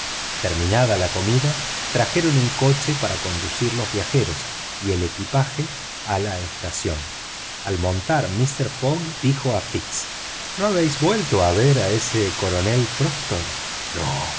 terminada la comida trajeron un coche para conducir los viajeros y el equipaje a la estación al montar mister fogg dijo a fix no habéis vuelto a ver a ese coronel proctor no